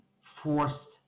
forced